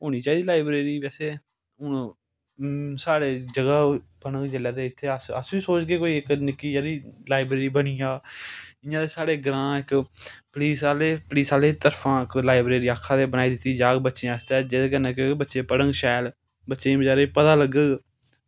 होनी चाहिदी लाईब्रेरी वैसे साढ़े जगह होग ते अस बी सोचदे की इक्क निक्की हारी लाईब्रेरी बनी जा इंया साढ़े ग्रांऽ इक्क पलीस आह्ले तरखान लाईब्रेरी आक्खा दे हे लाइब्रेरी बनाई दित्ती जाह्ग इक्क बच्चें आस्तै जेह्दे कन्नै की बच्चें बेचारें गी पता लग्गग